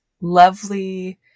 lovely